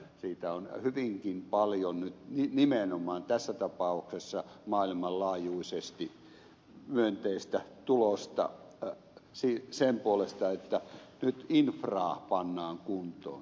siitä on hyvinkin paljon nyt nimenomaan tässä tapauksessa maailmanlaajuisesti myönteistä tulosta sen puolesta että nyt infraa pannaan kuntoon